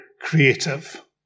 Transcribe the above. creative